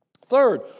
Third